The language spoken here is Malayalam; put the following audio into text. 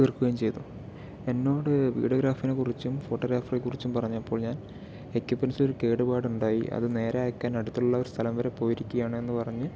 തീർക്കുകയും ചെയ്തു എന്നോട് വീഡിയോഗ്രാഫറിനെക്കുറിച്ചും ഫോട്ടോഗ്രാഫറിനെക്കുറിച്ചും പറഞ്ഞപ്പോൾ ഞാൻ എക്യുപ്പെന്റ്സിലൊരൂ കേടുപാടുണ്ടായി അത് നേരെയാക്കാൻ അടുത്തുള്ള ഒരു സ്ഥലം വരെ പോയിരിക്കുകയാണെന്ന് പറഞ്ഞ്